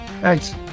thanks